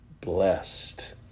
blessed